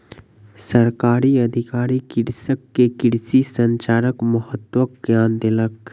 सरकारी अधिकारी कृषक के कृषि संचारक महत्वक ज्ञान देलक